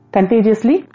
Contagiously